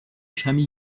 کمی